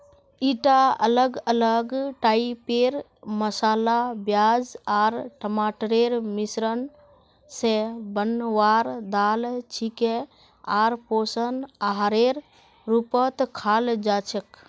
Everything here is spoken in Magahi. ईटा अलग अलग टाइपेर मसाला प्याज आर टमाटरेर मिश्रण स बनवार दाल छिके आर पोषक आहारेर रूपत खाल जा छेक